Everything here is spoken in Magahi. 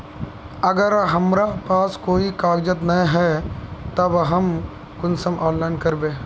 अगर हमरा पास कोई कागजात नय है तब हम कुंसम ऑनलाइन करबे?